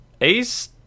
Ace